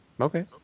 okay